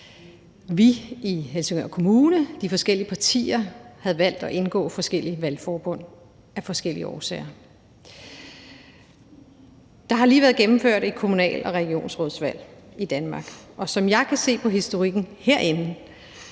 i Helsingør Kommune havde valgt at indgå forskellige valgforbund af forskellige årsager. Der har lige været gennemført et kommunal- og regionsrådsvalg i Danmark. Som jeg kan se det på historikken herinde,